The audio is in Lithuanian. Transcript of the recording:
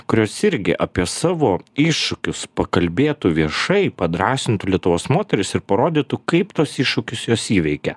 kurios irgi apie savo iššūkius pakalbėtų viešai padrąsintų lietuvos moteris ir parodytų kaip tuos iššūkius jos įveikė